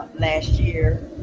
last year.